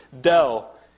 Dell